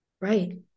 Right